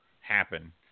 happen